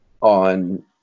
on